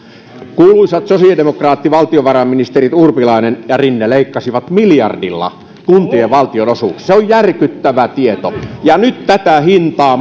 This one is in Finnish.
kuuluisat sosiaalidemokraattivaltiovarainministerit urpilainen ja rinne leikkasivat miljardilla kuntien valtionosuuksia se on järkyttävä tieto ja nyt tätä hintaa